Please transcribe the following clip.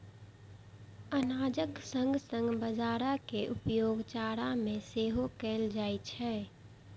अनाजक संग संग बाजारा के उपयोग चारा मे सेहो कैल जाइ छै